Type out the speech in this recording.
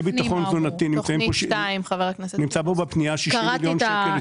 בנושא ביטחון תזונתי נמצאים פה בפנייה 60 מיליון שקל.